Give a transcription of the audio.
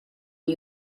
new